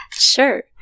Sure